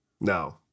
No